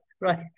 right